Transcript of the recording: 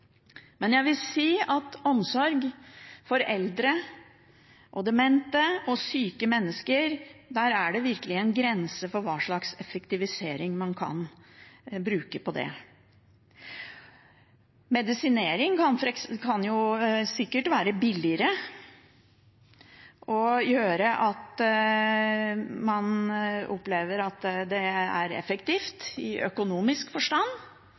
Men jeg vil si at i omsorgen for eldre, demente og syke mennesker er det virkelig en grense for hva slags effektivisering man kan bruke. Medisinering kan sikkert være billigere og gjøre at man opplever at det er effektivt i økonomisk forstand,